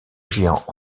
géant